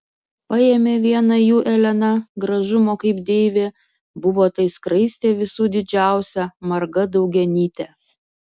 paėmė vieną jų elena gražumo kaip deivė buvo tai skraistė visų didžiausia marga daugianytė